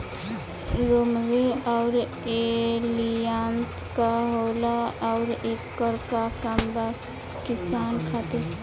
रोम्वे आउर एलियान्ज का होला आउरएकर का काम बा किसान खातिर?